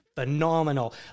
Phenomenal